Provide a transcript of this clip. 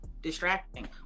distracting